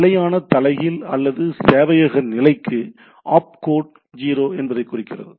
நிலையான தலைகீழ் அல்லது சேவையக நிலைக்கு OpCode 0 என்பதைக் குறிக்கிறது